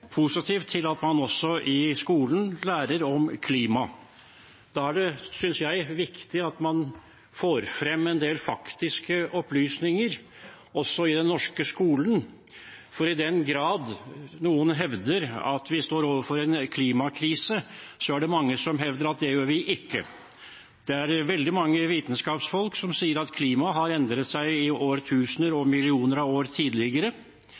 positiv til at man også i skolen lærer om klima. Da er det, synes jeg, viktig at man får frem en del faktiske opplysninger også i den norske skolen, for i den grad noen hevder at vi står overfor en klimakrise, er det mange som hevder at det gjør vi ikke. Det er veldig mange vitenskapsfolk som sier at klimaet har endret seg i årtusener og millioner av år tidligere.